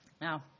Now